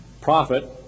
profit